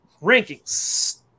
rankings